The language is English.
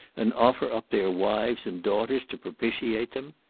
and offer up their wives and daughters to propitiate them?